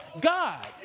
god